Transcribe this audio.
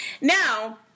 Now